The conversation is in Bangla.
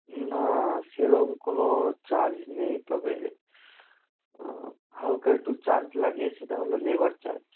না সেরম কোনো চার্জ নেই তবে হালকা একটু চার্জ লাগে সেটা হলো লেবার চার্জ